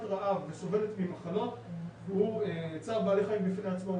רעב וסובלת ממחלות הוא צער בעלי חיים בפני עצמו,